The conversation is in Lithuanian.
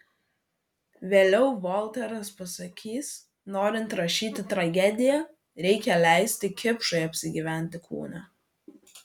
vėliau volteras pasakys norint rašyti tragediją reikia leisti kipšui apsigyventi kūne